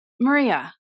Maria